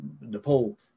Nepal